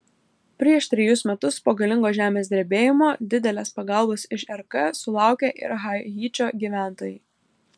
prieš trejus metus po galingo žemės drebėjimo didelės pagalbos iš rk sulaukė ir haičio gyventojai